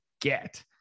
get